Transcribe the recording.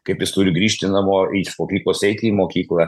kaip jis turi grįžti namo ar eit iš mokyklos eiti į mokyklą